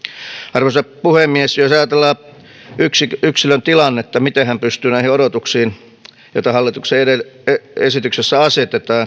arvoisa puhemies jos ajatellaan yksilön tilannetta miten hän pystyy vastaamaan näihin odotuksiin joita hallituksen esityksessä asetetaan